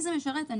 אני